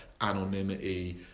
anonymity